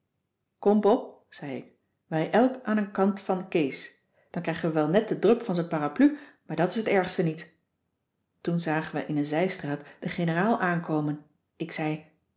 kom pop zei ik wij elk aan een kant van kees dan krijgen we wel net den drup van z'n parapluie maar dat is t ergste niet toen zagen we in een zijstraat de generaal aankomen ik zei